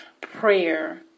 prayer